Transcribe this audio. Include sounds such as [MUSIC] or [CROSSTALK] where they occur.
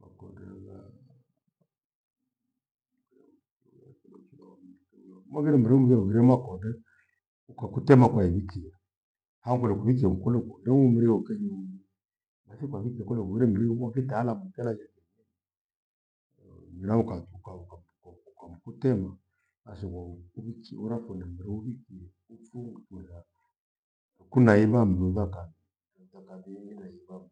Makondela [UNINTELLIGIBLE] mwaghire mndu mweghirema konde ukakutema kwaivikia au kule kuwichia nkule kuondoe ule mrioke nyuma. Nathi kwa vikia kole ughure mringa kwakitalamu [UNINTELLIGIBLE] mira ukachuka ukam- ukamukutema nashigwahu uwichiora funde mreo uwikie ufunga miraa uku naiva mndu waeka kanu weka kathini naivam